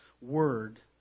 word